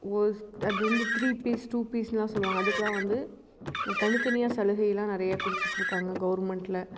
ஒரு அது வந்து த்ரீ பீஸ் டூ பீஸ்லாம் சொல்லுவாங்க அதற்குலாம் வந்து தனித்தனியாக சலுகையலாம் நிறையா கொடுத்துட்ருக்காங்க கவர்மெண்ட்ல